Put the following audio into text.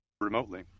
remotely